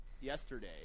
Yesterday